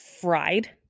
fried